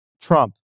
Trump